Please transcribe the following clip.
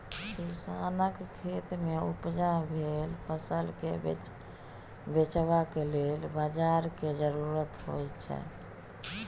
किसानक खेतमे उपजा भेल फसलकेँ बेचबाक लेल बाजारक जरुरत होइत छै